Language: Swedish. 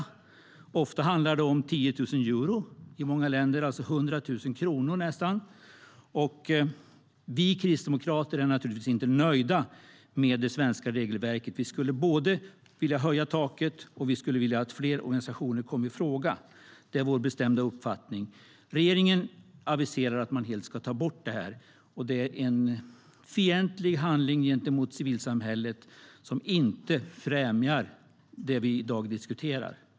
I många länder handlar det om 10 000 euro, nästan 100 000 kronor. Vi kristdemokrater är naturligtvis inte nöjda med det svenska regelverket. Vi skulle vilja både höja taket och att fler organisationer kommer i fråga. Det är vår bestämda uppfattning. Regeringen aviserar att man tänker ta bort avdraget helt. Det är en fientlig handling gentemot civilsamhället som inte främjar det vi i dag diskuterar. Fru talman!